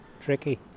tricky